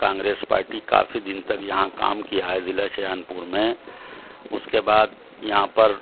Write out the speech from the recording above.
Congress party کافی دن تک یہاں کام کیا ہے ضلع شاہجہان پور میں اس کے بعد یہاں پر